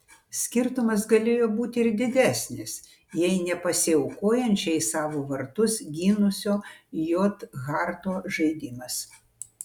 skirtumas galėjo būti ir didesnis jei ne pasiaukojančiai savo vartus gynusio j harto žaidimas